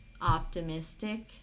optimistic